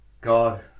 God